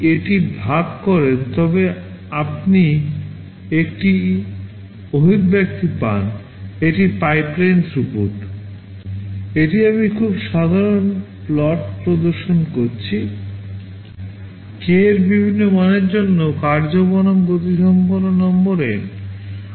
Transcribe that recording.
এটিতে আমি খুব সাধারণ প্লটটি প্রদর্শন করছি কে এর বিভিন্ন মানের জন্য কার্য বনাম গতিসম্পন্ন নম্বর N